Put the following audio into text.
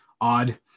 odd